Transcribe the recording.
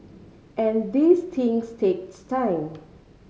and these things takes time